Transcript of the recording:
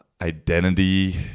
identity